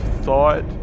thought